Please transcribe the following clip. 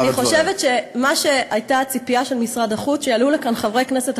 אני חושבת שהייתה ציפייה של משרד החוץ שיעלו לכאן חברי כנסת,